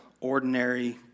ordinary